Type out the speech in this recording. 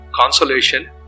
consolation